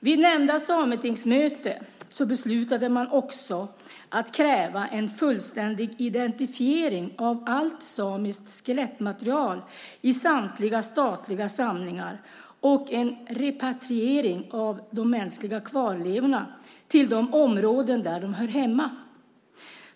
Vid nämnda Sametingsmöte beslutade man också att kräva en fullständig identifiering av allt samiskt skelettmaterial i samtliga statliga samlingar och en repatriering av de mänskliga kvarlevorna till de områden där de hör hemma.